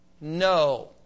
No